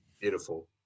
Beautiful